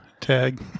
tag